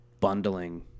bundling